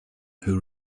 who